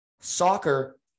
soccer